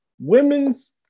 women's